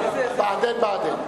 "בעדין-בעדין".